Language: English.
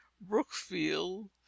brookfield